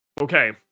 Okay